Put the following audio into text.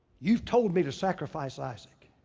you've told me to sacrifice isaac.